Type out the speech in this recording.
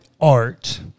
art